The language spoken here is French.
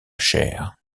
chère